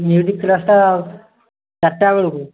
music କ୍ଲାସ୍ଟା ଚାରିଟା ବେଳକୁ